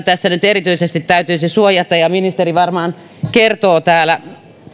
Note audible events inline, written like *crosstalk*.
*unintelligible* tässä nyt erityisesti täytyisi suojata ministeri varmaan kertoo täällä